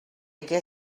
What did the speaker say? get